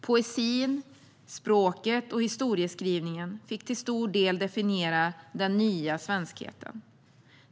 Poesin, språket och historieskrivningen fick till stor del definiera den nya svenskheten.